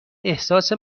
احساس